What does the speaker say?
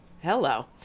hello